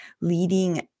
leading